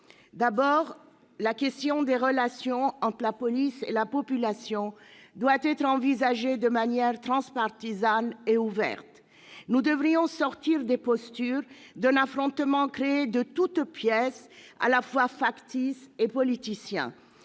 D'abord, la question des relations entre la police et la population doit être envisagée de manière transpartisane et ouverte. Nous devons sortir des postures et d'un affrontement créé de toutes pièces, à la fois factice et politicien,